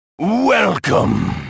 Welcome